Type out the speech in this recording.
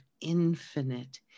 infinite